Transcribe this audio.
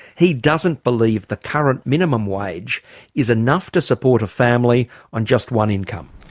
he doesn't believe the current minimum wage is enough to support a family on just one income.